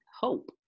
hope